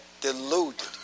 deluded